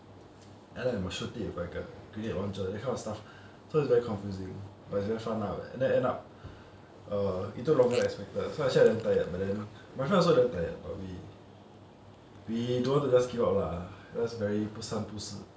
and then must shoot it with like a grenade launcher that kind of stuff so it's very confusing but is very fun ah then end up err it took longer than expected so actually I damn tired but then my friend also damn tired but we we don't want to just give up lah that's very 不三不四